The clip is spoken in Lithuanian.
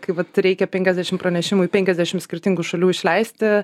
kai vat reikia penkiasdešim pranešimų į penkiasdešim skirtingų šalių išleisti